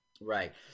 Right